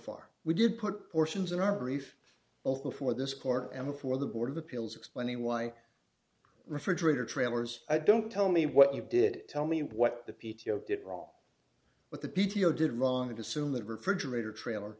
far we did put portions in our brief both before this court and before the board of appeals explaining why refrigerator trailers i don't tell me what you did tell me what the p t o did wrong with the p t o did wrong and assume the refrigerator trailer